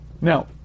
Now